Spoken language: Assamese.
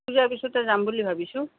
পূজাৰ পিছতে যাম বুলি ভাবিছোঁ